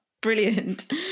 brilliant